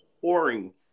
pouring